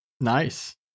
Nice